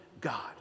God